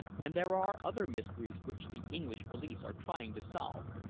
and there are other mysteries which the english police are trying to solve,